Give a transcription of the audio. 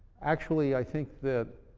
actually i think that,